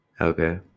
okay